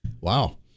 Wow